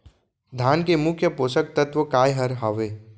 धान के मुख्य पोसक तत्व काय हर हावे?